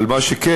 אבל מה שכן,